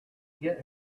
get